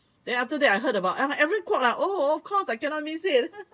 then after that I heard about aaron Kwok ah oh of course I cannot miss it